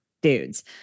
dudes